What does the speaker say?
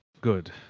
Good